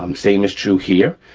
um same is true here.